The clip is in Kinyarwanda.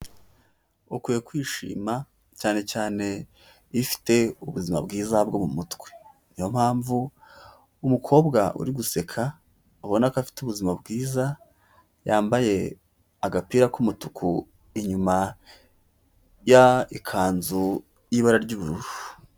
Ukwiye kwishima, cyane cyane iyo ufite ubuzima bwiza bwo mu mutwe. Ni yo mpamvu umukobwa uri guseka, abona ko afite ubuzima bwiza, yambaye agapira k'umutuku inyuma y'ikanzu y'ibara ry'ubururu.